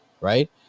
right